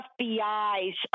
FBI's